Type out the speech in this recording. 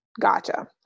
gotcha